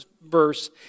verse